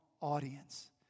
audience